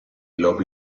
lobi